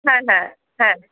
না না হ্যাঁ